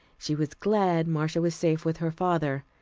she was glad marcia was safe with her father,